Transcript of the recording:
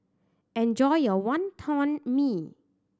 enjoy your Wonton Mee